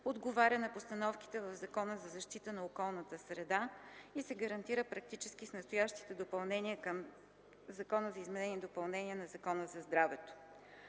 отговаря на постановките в Закона за защита на околната среда и се гарантира практически с настоящите допълнения към Закона за изменение и допълнение на Закона за здравето.